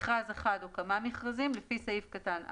מכרז אחד או כמה מכרזים, לפי סעיף קטן (א),